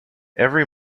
every